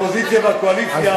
והאופוזיציה והקואליציה,